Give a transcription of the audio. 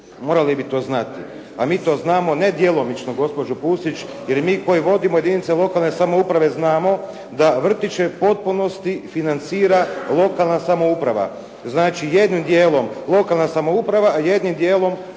morali bi to znati, a mi to znamo ne djelomično gospođo Pusić, jer mi koji vodimo jedinice lokalne samouprave znamo da vrtiće u potpunosti financira lokalna samouprava. Znači jednim dijelom lokalna samouprava a jednim dijelom